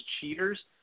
cheaters